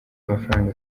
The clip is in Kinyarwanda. mafaranga